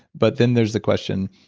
but then there's the question,